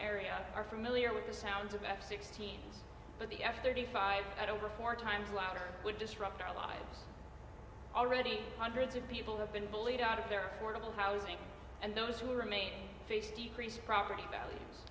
area are familiar with the sounds of f sixteen but the f thirty five at over four times louder would disrupt our lives already hundreds of people have been bullied out of their affordable housing and those who remain face decrease property values